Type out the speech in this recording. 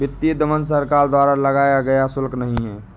वित्तीय दमन सरकार द्वारा लगाया गया शुल्क नहीं है